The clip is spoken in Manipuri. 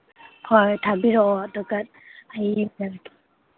ꯍꯣꯏ ꯊꯥꯕꯤꯔꯛꯑꯣ ꯑꯗꯨꯒ